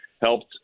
helped